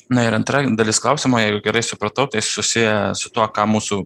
na ir antra dalis klausimo gerai supratau tai susiję su tuo ką mūsų